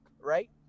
right